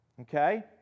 Okay